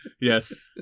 Yes